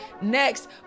next